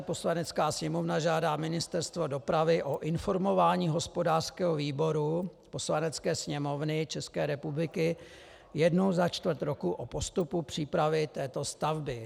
Poslanecká sněmovna žádá Ministerstvo dopravy o informování hospodářského výboru Poslanecké sněmovny ČR jednou za čtvrt roku o postupu přípravy této stavby.